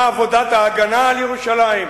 מה לכם עבודת ההגנה על ירושלים?